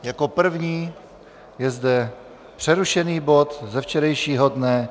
Jako první je zde přerušený bod ze včerejšího dne.